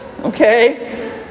Okay